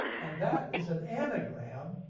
and that is an anagram